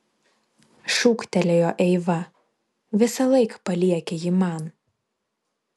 šūktelėjo eiva visąlaik palieki jį man